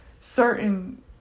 certain